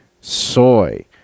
soy